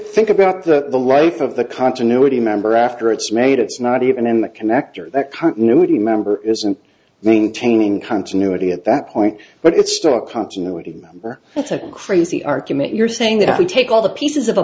think about that the life of the continuity member after it's made it's not even in the connector that continuity member isn't maintaining continuity at that point but it's stark continuity member crazy argument you're saying that if you take all the pieces of a